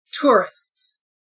tourists